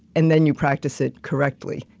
and then you practice it correctly.